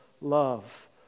love